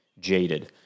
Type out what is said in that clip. jaded